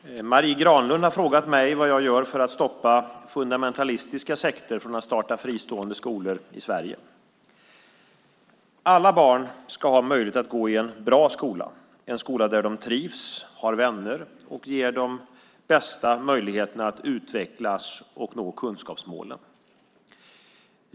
Herr talman! Marie Granlund har frågat mig vad jag gör för att stoppa fundamentalistiska sekter från att starta fristående skolor i Sverige. Alla barn ska ha möjlighet att gå i en bra skola - en skola där de trivs, har vänner och ges de bästa möjligheterna att utvecklas och nå kunskapsmålen.